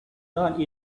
done